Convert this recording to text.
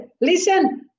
Listen